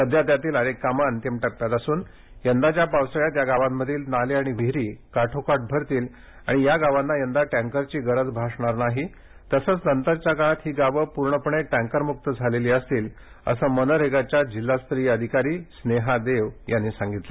सध्या त्यातील अनेक कामं अंतिम टप्प्यात असून यंदाच्या पावसाळ्यात या गावांमधील नाले आणि विहिरी काठोकाठ भरतील आणि या गावांना यंदा टँकरची गरज भासणार नाही तसंच नंतरच्या काळात ही गावे पूर्णपणे टँकरमुक्त झालेली असतील असं मनरेगाच्या जिल्हास्तरीय अधिकारी स्नेहा देव यांनी सांगितलं